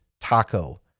taco